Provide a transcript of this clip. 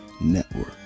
network